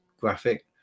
graphic